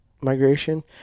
migration